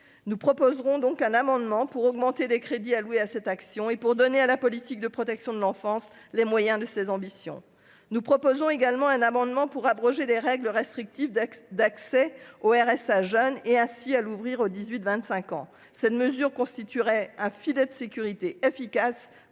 nous proposerons donc un amendement pour augmenter les crédits alloués à cette action et pour donner à la politique de protection de l'enfance, les moyens de ses ambitions : nous proposons également un amendement pour abroger les règles restrictives d'Aix d'accès au RSA jeune et ainsi à l'ouvrir aux 18 25 ans cette mesure constituerait un filet de sécurité efficace